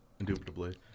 Indubitably